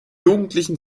jugendlichen